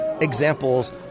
examples